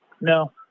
No